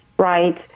Right